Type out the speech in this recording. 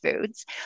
foods